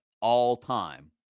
all-time